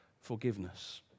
forgiveness